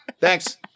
Thanks